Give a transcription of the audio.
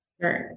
Sure